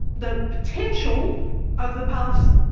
the potential of the past